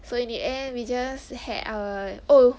所以 in the end we just had oh